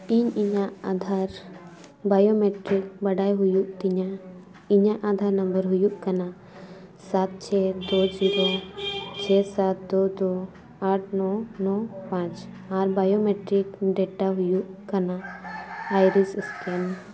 ᱤᱧ ᱤᱧᱟᱹᱜ ᱟᱫᱷᱟᱨ ᱵᱟᱭᱳᱢᱮᱴᱨᱤᱠ ᱵᱟᱰᱟᱭ ᱦᱩᱭᱩᱜ ᱛᱤᱧᱟᱹ ᱤᱧᱟᱹᱜ ᱟᱫᱷᱟᱨ ᱱᱟᱢᱵᱟᱨ ᱦᱩᱭᱩᱜ ᱠᱟᱱᱟ ᱥᱟᱛ ᱪᱷᱚᱭ ᱫᱩᱭ ᱡᱤᱨᱳ ᱪᱷᱮᱭ ᱥᱟᱛ ᱫᱩᱭ ᱫᱩ ᱟᱴ ᱱᱚᱭ ᱱᱚ ᱯᱟᱸᱪ ᱟᱨ ᱵᱟᱭᱳᱢᱮᱴᱨᱤᱠ ᱰᱮᱴᱟ ᱦᱩᱭᱩᱜ ᱠᱟᱱᱟ ᱟᱭᱨᱤᱥ ᱥᱠᱮᱱ